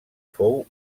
fou